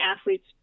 athletes